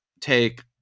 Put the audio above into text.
take